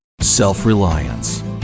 Self-reliance